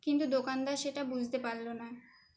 কিন্তু দোকানদার সেটা বুঝতে পারল না